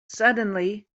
suddenly